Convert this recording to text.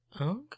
Okay